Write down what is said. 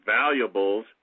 valuables